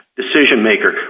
decision-maker